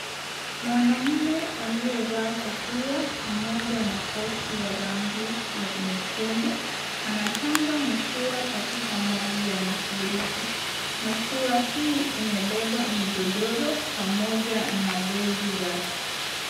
Mwanamme aliyevaa kofia pamoja na koti ya rangi nyekundu anatanga mashua katika maji ya mafuriko, mashua hii imebeba magodoro pamoja na begi zake.